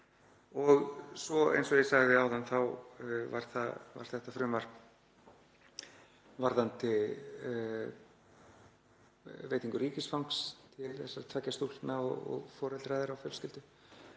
Og svo, eins og ég sagði áðan, var þetta frumvarp varðandi veitingu ríkisfangs til þessara tveggja stúlkna og foreldra þeirra og fjölskyldu.